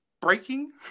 breaking